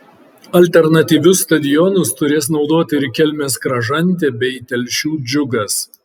alternatyvius stadionus turės naudoti ir kelmės kražantė bei telšių džiugas